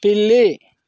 పిల్లి